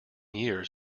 years